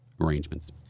arrangements